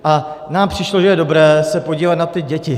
A nám přišlo, že je dobré se podívat na ty děti.